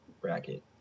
bracket